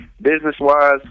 business-wise